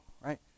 right